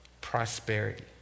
prosperity